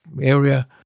area